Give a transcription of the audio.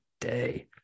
day